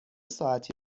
ساعتی